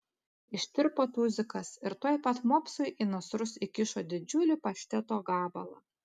ištirpo tuzikas ir tuoj pat mopsui į nasrus įkišo didžiulį pašteto gabalą